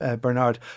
Bernard